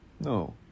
no